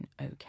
okay